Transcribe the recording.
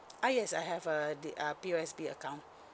ah yes I have a the uh P_O_S_B account